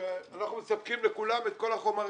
אנחנו מספקים לכולם את כל החומרים.